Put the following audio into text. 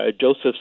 Joseph